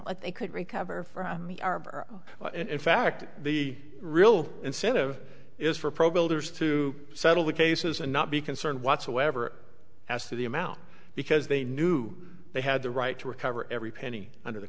what they could recover from the arbor in fact the real incentive is for programmers to settle the cases and not be concerned whatsoever as to the amount because they knew they had the right to recover every penny under the